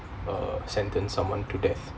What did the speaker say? uh sentence someone to death